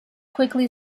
quickly